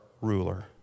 ruler